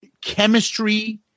Chemistry